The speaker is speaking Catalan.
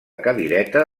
cadireta